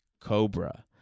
Cobra